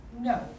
No